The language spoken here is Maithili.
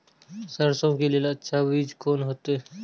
सरसों के लेल अच्छा बीज कोन होते?